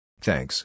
Thanks